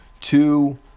two